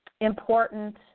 important